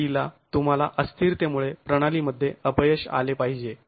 5t ला तुम्हाला अस्थिरतेमुळे प्रणालीमध्ये अपयश आले पाहिजे